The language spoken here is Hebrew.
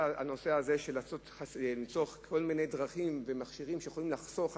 למצוא כל מיני דרכים ומכשירים שיכולים לחסוך במים,